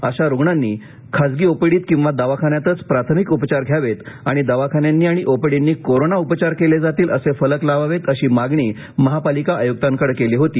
अशा रुग्णांनी खासगी ओपीडीत किंवा दवाखान्यातच प्राथमिक उपचार घ्यावेत आणि दवाखान्यांनी आणि ओपीडीनी कोरोना उपचार केले जातील असे फलक लावावेत अशी मागणी महापालिका आयुक्तांकडे केली होती